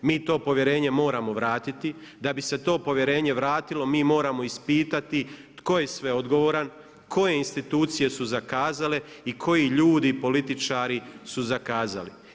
Mi to povjerenje moramo vratiti, da bi se to povjerenje vratilo, mi moramo ispisati, tko je sve odgovoran, koje institucije su zakazale i koji ljudi, političari su zakazali.